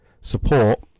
support